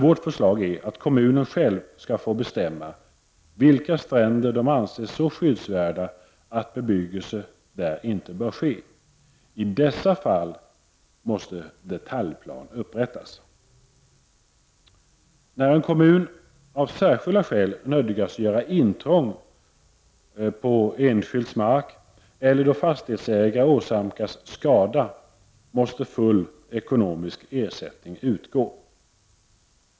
Vårt förslag är att kommunerna själva skall få bestämma vilka stränder de anser så skyddsvärda att bebyggelse där inte bör ske. I dessa fall måste detaljplan upprättas. När en kommun av särskilda skäl nödgas göra intrång på enskilds mark eller då fastighetsägare åsamkas skada måste full ekonomisk ersättning utgå.